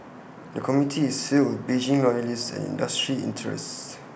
the committee is sealed Beijing loyalists and industry interests